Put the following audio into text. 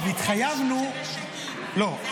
אתה צריך --- שמשנים,